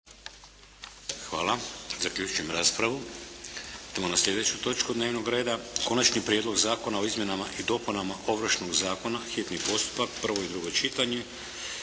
**Šeks, Vladimir (HDZ)** Idemo na slijedeću točku dnevnog reda - Konačni prijedlog zakona o izmjenama i dopunama Ovršnog zakona, hitni postupak, prvo i drugo čitanje,